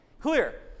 Clear